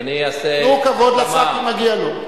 תנו כבוד לשר, כי מגיע לו.